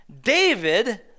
David